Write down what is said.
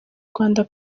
rwanda